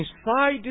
inside